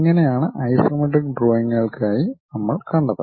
ഇങ്ങനെ ആണ് ഐസോമെട്രിക് ഡ്രോയിംഗുകൾക്കായി നമ്മൾ കണ്ടത്